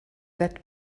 that